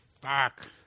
Fuck